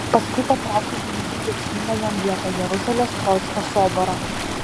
paskui patraukė į itin reikšmingą jam vietą jeruzalės troickio soborą